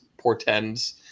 portends